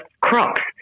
crops